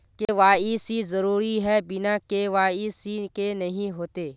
KYC जरुरी है बिना के.वाई.सी के नहीं होते?